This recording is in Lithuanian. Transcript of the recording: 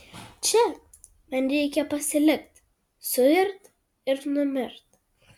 čia man reikia pasilikt suirt numirt